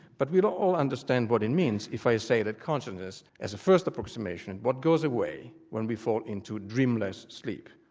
but we'd all understand what it means if i say that consciousness as a first approximation, is and what goes away when we fall into dreamless sleep,